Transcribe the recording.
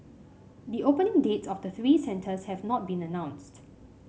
the opening dates of the three centres have not been announced